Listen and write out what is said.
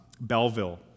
Belleville